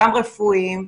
גם רפואיים.